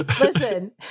Listen